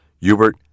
Hubert